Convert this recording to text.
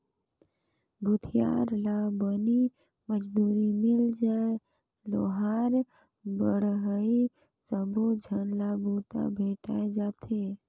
भूथियार ला बनी मजदूरी मिल जाय लोहार बड़हई सबो झन ला बूता भेंटाय जाथे